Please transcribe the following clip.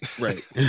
Right